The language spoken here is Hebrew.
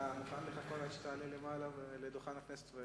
אתה מוכן לחכות עד שתעלה למעלה לדוכן הכנסת?